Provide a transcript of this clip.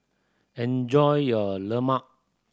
enjoy your lemang